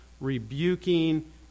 rebuking